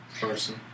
person